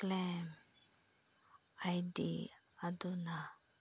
claim ID ꯗꯤ ꯑꯗꯨꯅ